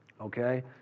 Okay